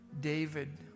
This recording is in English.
David